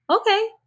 okay